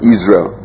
Israel